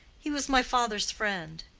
he was my father's friend.